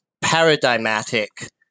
paradigmatic